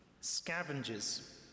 scavengers